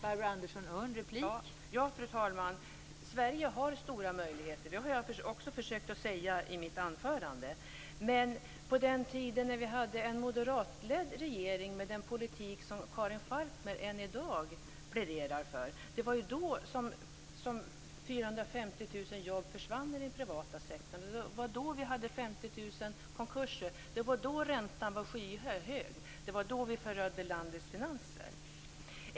Fru talman! Ja, Sverige har stora möjligheter. Det har jag också försökt att säga i mitt anförande. Men på den tid då vi hade en moderatledd regering med en politik som Karin Falkmer än i dag pläderar för, det var då 450 000 jobb försvann i den privata sektorn. Det var då vi hade 50 000 konkurser. Det var då räntan var skyhög. Det var då vi förödde landets finanser.